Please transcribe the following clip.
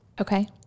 Okay